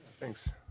Thanks